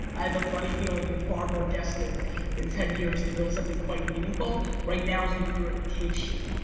i have a funny feeling you're far more destined in ten years to build something quite meaningful, right now is the year of the k-shit?